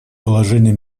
положения